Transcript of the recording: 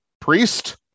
Priest